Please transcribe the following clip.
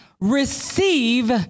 receive